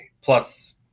plus